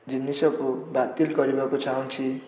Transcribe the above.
ଜିନିଷକୁ ବାତିଲ୍ କରିବାକୁ ଚାହୁଁଛି